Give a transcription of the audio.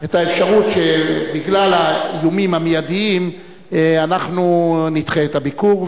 את האפשרות שבגלל האיומים המיידיים אנחנו נדחה את הביקור.